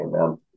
Amen